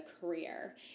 career